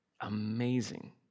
amazing